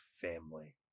family